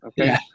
Okay